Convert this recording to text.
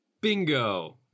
Bingo